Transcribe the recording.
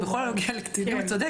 זאת אומרת, בכל הנוגע לקטינים היא צודקת.